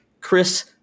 Chris